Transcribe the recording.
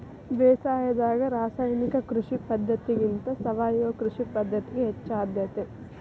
ಬೇಸಾಯದಾಗ ರಾಸಾಯನಿಕ ಕೃಷಿ ಪದ್ಧತಿಗಿಂತ ಸಾವಯವ ಕೃಷಿ ಪದ್ಧತಿಗೆ ಹೆಚ್ಚು ಆದ್ಯತೆ